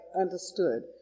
understood